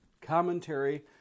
commentary